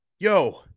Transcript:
Yo